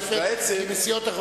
חבר הכנסת טלב